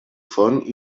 font